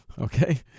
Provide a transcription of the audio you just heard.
Okay